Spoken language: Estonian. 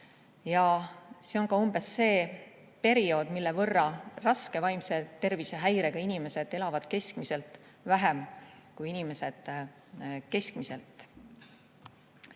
See on umbes see periood, mille võrra raske vaimse tervise häirega inimesed elavad keskmiselt vähem kui inimesed keskmiselt.